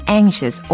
anxious